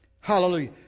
Hallelujah